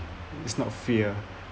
is not fear